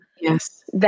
yes